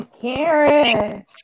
Karen